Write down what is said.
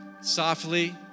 softly